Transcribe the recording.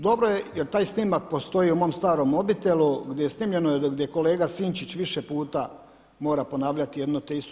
Dobro je, jer taj snimak postoji u mom starom modelu gdje je snimljeno gdje kolega Sinčić više puta mora ponavljati jedno te isto.